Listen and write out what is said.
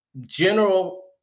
general